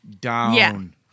down